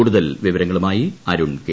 കൂടുതൽ വിവരങ്ങളുമായി അരുൺ കെ